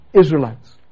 Israelites